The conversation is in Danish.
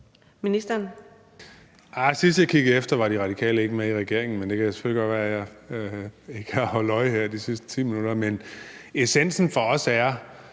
sidst jeg kiggede efter, var De Radikale ikke med i regeringen, men det kan selvfølgelig godt være, jeg ikke har holdt øje her de sidste 10 minutter. Essensen for os er,